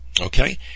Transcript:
Okay